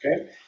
okay